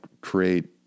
create